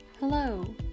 Hello